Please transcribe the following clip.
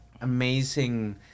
amazing